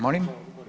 Molim?